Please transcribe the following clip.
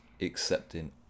accepting